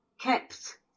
kept